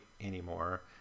anymore